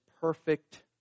perfect